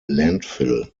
landfill